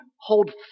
hold